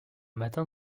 matin